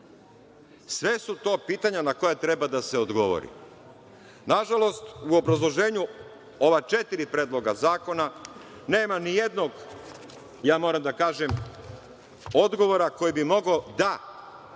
sve su to pitanja na koja treba da se odgovori. Nažalost, u obrazloženju ova četiri predloga zakona nema nijednog, ja moram da kažem, odgovora koji bi mogao da na neki